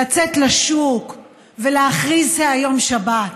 לצאת לשוק ולהכריז שהיום שבת,